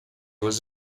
was